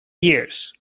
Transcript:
years